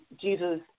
Jesus